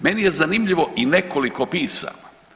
Meni je zanimljivo i nekoliko pisama.